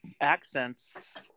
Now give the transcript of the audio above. accents